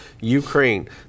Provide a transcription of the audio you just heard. Ukraine